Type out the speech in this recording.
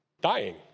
Dying